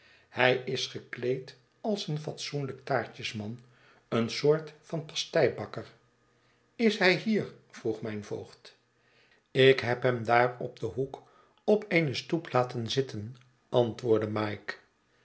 hij is gekleed als een fatsoenlijk taartjesman een soort van pasteibakker is hij hier vroeg mijn voogd ik heb hem daar om den hoek op eene stoep laten zitten antwoordde mike